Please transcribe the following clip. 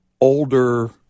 older